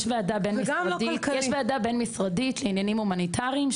יש ועדה בין-משרדית של עניינים הומניטריים,